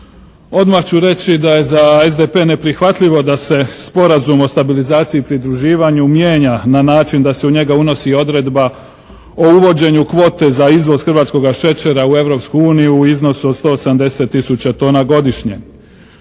Odmah ću reći da je za SDP neprihvatljivo da se Sporazum o stabilizaciji i pridruživanju mijenja na način da se u njega unosi odredba o uvođenju kvote za izvoz hrvatskoga šećera u Europsku uniju u iznosu od 180 tisuća tona godišnje.